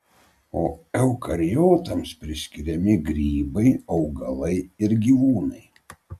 o eukariotams priskiriami grybai augalai ir gyvūnai